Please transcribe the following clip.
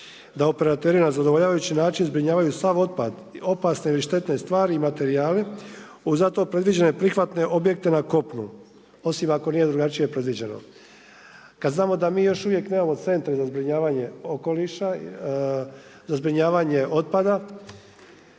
da operateri na zadovoljavajući način zbrinjavaju sav otpad, opasne ili štetne stvari i materijale u za to predviđene prihvatne objekte na kopnu, osim ako nije drugačije predviđeno. Kad znamo da mi još uvijek nemamo centre za zbrinjavanje okoliša, za zbrinjavanje otpada